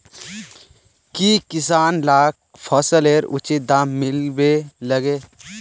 की किसान लाक फसलेर उचित दाम मिलबे लगे?